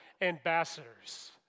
ambassadors